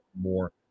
more